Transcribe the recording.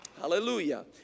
Hallelujah